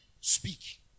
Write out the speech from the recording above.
speak